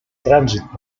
trànsit